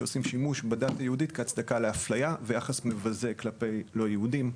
שעושים שימוש בדת היהודית כהצדקה לאפליה וליחס מבזה כלפי לא יהודים.